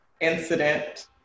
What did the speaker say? incident